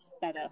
better